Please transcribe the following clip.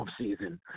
offseason